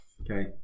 Okay